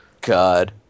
god